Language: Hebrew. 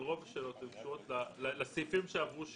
אבל רוב השאלות היו קשורות לסעיפים שעברו שינוי.